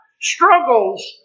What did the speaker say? Struggles